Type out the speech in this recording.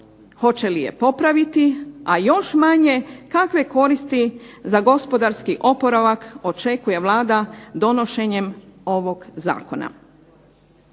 hoće li je popraviti, a još manje kakve koristi za gospodarski oporavak očekuje Vlada donošenjem ovog zakona.